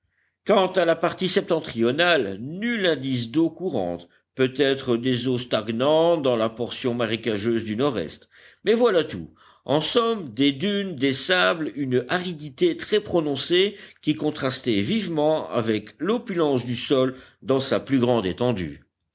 quant à la partie septentrionale nul indice d'eaux courantes peut-être des eaux stagnantes dans la portion marécageuse du nord-est mais voilà tout en somme des dunes des sables une aridité très prononcée qui contrastait vivement avec l'opulence du sol dans sa plus grande étendue